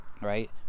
Right